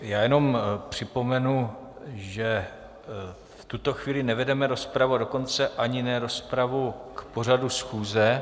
Já jenom připomenu, že v tuto chvíli nevedeme rozpravu, a dokonce ani ne rozpravu k pořadu schůze.